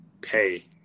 pay